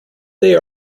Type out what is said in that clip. they